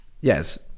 yes